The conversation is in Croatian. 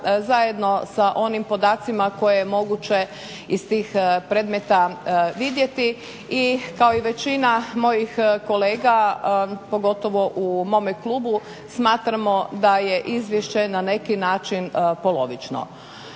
zajedno sa onim podacima koje je moguće iz tih predmeta vidjeti i kao i većina mojih kolega pogotovo u mome klubu smatramo da je izvješće na neki način polovično.